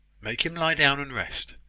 make him lie down and rest,